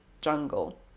jungle